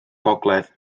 gogledd